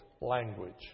language